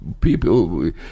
people